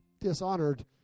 dishonored